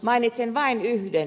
mainitsen vain yhden